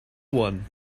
one